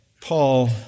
Paul